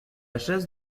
chaise